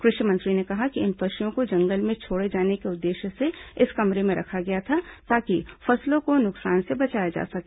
कृषि मंत्री ने कहा कि इन पशुओं को जंगल में छोड़े जाने के उद्देश्य से इस कमरे में रखा गया था ताकि फसलों को नुकसान से बचाया जा सके